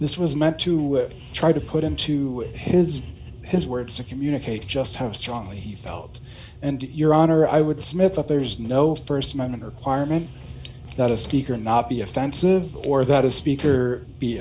this was meant to try to put into his his words to communicate just how strongly he felt and your honor i would smith up there's no st amendment requirement that a speaker not be offensive or that a speaker be